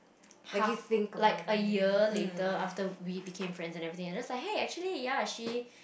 half like a year later after we became friends and everything and just like hey actually ya she